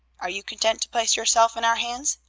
are you content to place yourself in our hands?